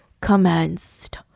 commenced